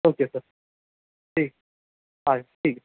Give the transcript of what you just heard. okay sir ٹھیک ٹھیک